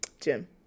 Jim